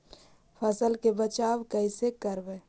फसल के बचाब कैसे करबय?